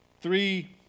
three